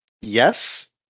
yes